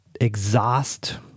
exhaust